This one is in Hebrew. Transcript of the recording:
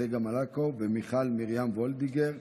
צגה מלקו ומיכל מרים וולדיגר.